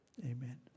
amen